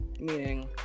meaning